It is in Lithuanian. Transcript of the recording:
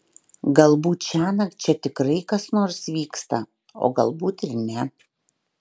galbūt šiąnakt čia tikrai kas nors vyksta o galbūt ir ne